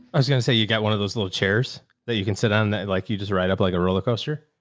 i was going to say you got one of those little chairs that you can sit on and that like, you just ride up like a roller coaster.